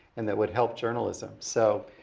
and that would help journalism. so